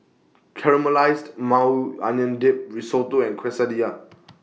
Caramelized Maui Onion Dip Risotto and Quesadillas